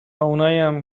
آنهایی